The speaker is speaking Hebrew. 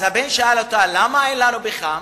אז הבן שאל אותה: למה אין פחם?